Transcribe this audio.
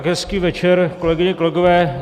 Hezký večer, kolegyně, kolegové.